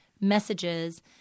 messages